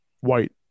White